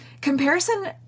Comparison